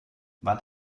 wann